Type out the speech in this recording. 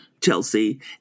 Chelsea